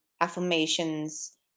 affirmations